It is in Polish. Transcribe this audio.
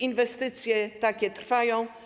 Inwestycje takie trwają.